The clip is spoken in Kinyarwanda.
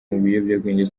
biyobyabwenge